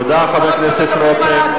תודה, חבר הכנסת רותם.